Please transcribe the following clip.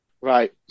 Right